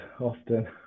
often